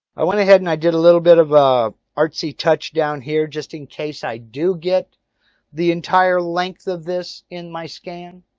i went ahead and i did a little bit of an ah artsy touch down here. just in case i do get the entire length of this in my scan.